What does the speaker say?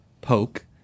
poke